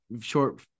short